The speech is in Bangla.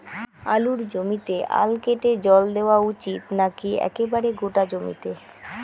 আলুর জমিতে আল কেটে জল দেওয়া উচিৎ নাকি একেবারে গোটা জমিতে?